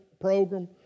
Program